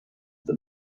the